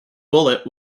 bullet